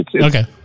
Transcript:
Okay